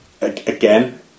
Again